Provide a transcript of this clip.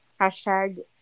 Hashtag